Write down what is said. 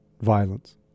violence